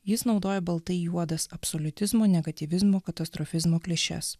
jis naudoja baltai juodas absoliutizmo negatyvizmo katastrofizmo klišes